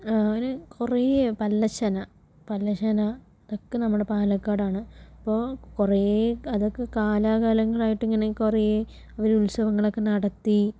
അങ്ങനെ കുറേ പല്ലശ്ശന പല്ലശ്ശന ഇതൊക്കെ നമ്മുടെ പാലക്കാടാണ് ഇപ്പോൽ കുറെ അതൊക്കെ കാലാകാലങ്ങളായിട്ട് ഇങ്ങനെ കുറെ അവർ ഉത്സവങ്ങളൊക്കെ നടത്തി